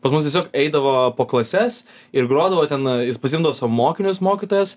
pas mus tiesiog eidavo po klases ir grodavo ten jis pasiimdavo savo mokinius mokytojas